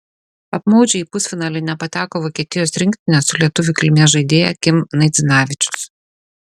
apmaudžiai į pusfinalį nepateko vokietijos rinktinė su lietuvių kilmės žaidėja kim naidzinavičius